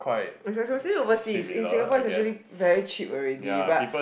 its expensive overseas in Singapore is actually very cheap already but